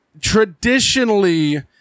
traditionally